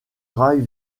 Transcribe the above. rail